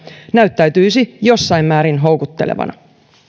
näyttäytyisi jossain määrin houkuttelevana